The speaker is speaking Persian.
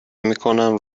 میکنم